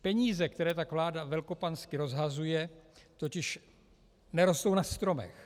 Peníze, které tak vláda velkopansky rozhazuje, totiž nerostou na stromech.